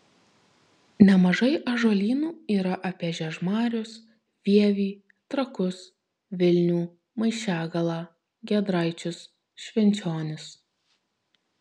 nemažai ąžuolynų yra apie žiežmarius vievį trakus vilnių maišiagalą giedraičius švenčionis